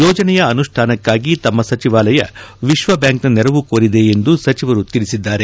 ಯೋಜನೆಯ ಅನುಷ್ಠಾನಕ್ಕಾಗಿ ತಮ್ಮ ಸಚಿವಾಲಯ ವಿಶ್ವಬ್ಯಾಂಕ್ನ ನೆರವು ಕೋರಿದೆ ಎಂದು ಸಚಿವರು ತಿಳಿಸಿದ್ದಾರೆ